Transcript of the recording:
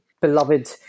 beloved